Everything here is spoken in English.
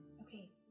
Okay